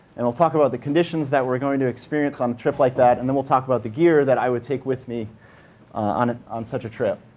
and we'll talk about the conditions that we're going to experience on a trip like that. and then we'll talk about the gear that i would take with me on on such a trip.